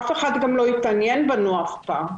אף אחד גם לא התעניין בנו אף פעם.